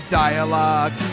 dialogue